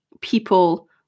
people